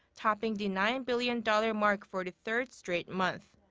topping the nine billion dollar mark for the third straight month.